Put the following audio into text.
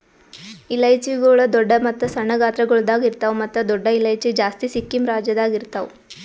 ಇಲೈಚಿಗೊಳ್ ದೊಡ್ಡ ಮತ್ತ ಸಣ್ಣ ಗಾತ್ರಗೊಳ್ದಾಗ್ ಇರ್ತಾವ್ ಮತ್ತ ದೊಡ್ಡ ಇಲೈಚಿ ಜಾಸ್ತಿ ಸಿಕ್ಕಿಂ ರಾಜ್ಯದಾಗ್ ಇರ್ತಾವ್